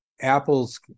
Apple's